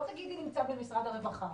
תגידי לי שזה נמצא לדוגמה במשרד הרווחה: